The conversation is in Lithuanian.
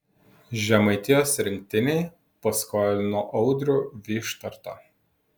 žemaitijos rinktinei paskolino audrių vyštartą